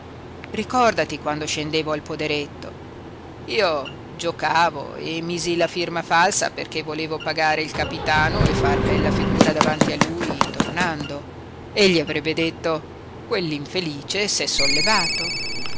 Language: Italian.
ricordati quando scendevo al poderetto io giocavo e misi la firma falsa perché volevo pagare il capitano e far bella figura davanti a lui tornando egli avrebbe detto quell'infelice s'è sollevato